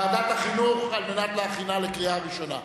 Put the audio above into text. לוועדת החינוך, כדי להכינה לקריאה ראשונה.